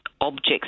objects